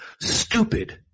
stupid